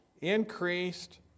increased